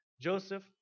Joseph